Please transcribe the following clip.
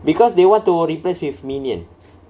because they want to replace with minion